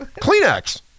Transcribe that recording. Kleenex